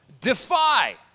defy